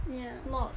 ya